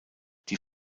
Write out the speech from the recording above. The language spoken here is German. die